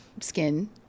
skin